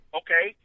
okay